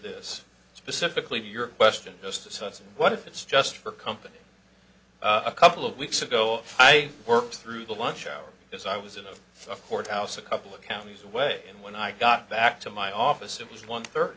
this specifically to your question just a sense of what if it's just for company a couple of weeks ago i worked through the lunch hour because i was in a courthouse a couple of counties away and when i got back to my office it was one